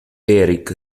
eric